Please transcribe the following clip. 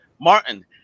Martin